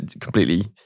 completely